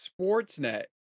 Sportsnet